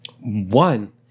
one